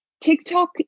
TikTok